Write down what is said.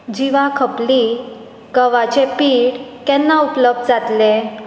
जिवा खपली गव्हाचे पीठ केन्ना उपलब्ध जातलें